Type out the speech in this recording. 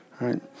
right